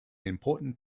important